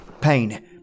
Pain